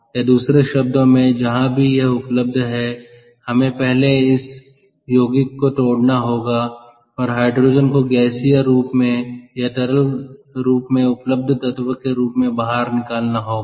या दूसरे शब्दों में जहां भी यह उपलब्ध है हमें पहले उस यौगिक को तोड़ना होगा और हाइड्रोजन को गैसीय रूप में या तरल रूप में उपलब्ध तत्व के रूप में बाहर निकालना होगा